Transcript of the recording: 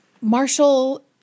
Marshall